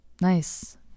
Nice